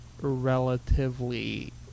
relatively